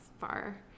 far